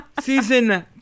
season